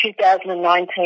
2019